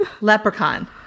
leprechaun